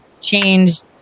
changed